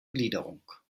gliederung